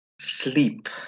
sleep